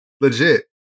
legit